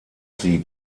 sie